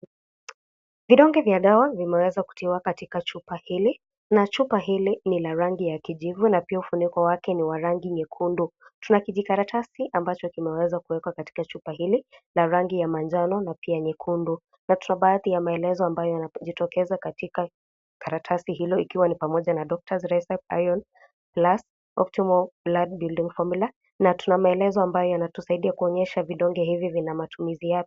Vidonge vya dawa vimeweza kutiwa katika chupa hili. Na chupa hili ni la rangi ya kijivu na pia ufuniko wake ni wa rangi nyekundu. Tuna kijikaratasi ambacho kimeweza kuwekwa katika chupa hili, la rangi ya manjano na pia nyekundu. Na tuna baadhi ya maelezo ambayo yanajitokeza katika karatasi hilo ikiwa ni pamoja na doctors recipe iron plus, optimal blood building formula , tuna maelezo ambayo yanasaidia kuonyehsa vidonge hivi na matumizi yake.